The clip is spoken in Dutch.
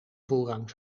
voorrang